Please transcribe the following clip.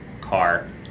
car